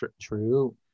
True